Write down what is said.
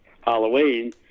halloween